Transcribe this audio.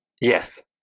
Yes